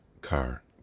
car